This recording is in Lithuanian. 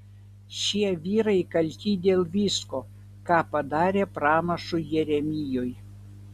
šie vyrai kalti dėl visko ką padarė pranašui jeremijui